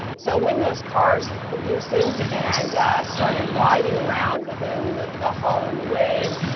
so when those cars loosened and started riding around within the hull in the waves,